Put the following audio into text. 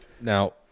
Now